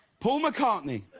paul mccartney,